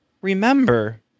remember